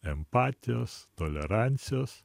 empatijos tolerancijos